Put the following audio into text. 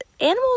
animals